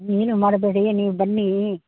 ಏನು ಮಾಡಬೇಡಿ ನೀವು ಬನ್ನಿ